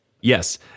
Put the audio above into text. Yes